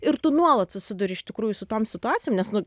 ir tu nuolat susiduri iš tikrųjų su tom situacijom nes nu